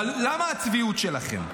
למה הצביעות שלכם?